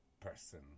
person